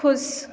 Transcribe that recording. खुश